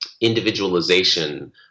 individualization